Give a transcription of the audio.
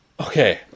okay